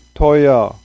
teuer